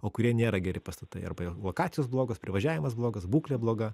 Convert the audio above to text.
o kurie nėra geri pastatai arba lokacijos blogas privažiavimas blogas būklė bloga